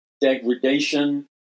degradation